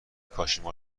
کاشیما